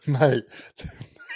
Mate